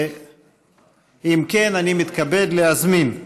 ואם כן, אני מתכבד להזמין,